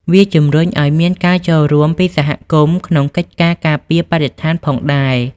វាជំរុញឱ្យមានការចូលរួមពីសហគមន៍ក្នុងកិច្ចការការពារបរិស្ថានផងដែរ។